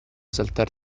saltar